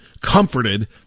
comforted